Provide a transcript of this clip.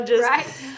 Right